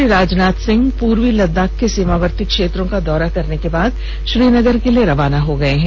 रक्षा मंत्री राजनाथ सिंह पूर्वी लद्दाख के सीमावर्ती क्षेत्रों का दौरा करने के बाद श्रीनगर के लिए रवाना हो गये हैं